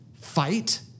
fight